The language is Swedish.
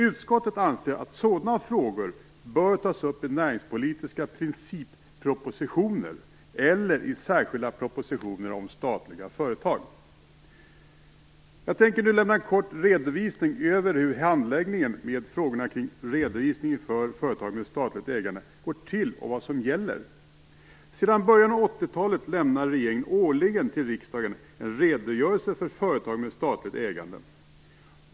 Utskottet anser att sådana frågor bör tas upp i näringspolitiska princippropositioner eller i särskilda propositioner om statliga företag. Jag tänker nu lämna en kort redovisning av hur handläggningen av frågorna kring Redogörelse för företag med statligt ägande går till och vad som gäller. Sedan början av 1980-talet lämnar regeringen årligen till riksdagen en redogörelse för företag med statligt ägande.